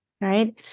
right